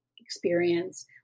experience